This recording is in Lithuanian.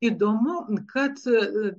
įdomu kad